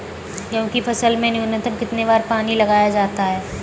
गेहूँ की फसल में न्यूनतम कितने बार पानी लगाया जाता है?